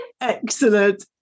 excellent